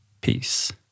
Peace